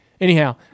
anyhow